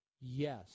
Yes